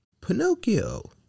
Pinocchio